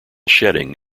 shedding